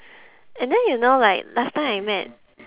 and then you know like last time I met